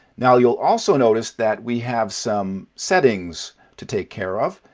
now, you'll also notice that we have some settings to take care of.